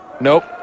Nope